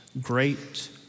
great